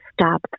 stop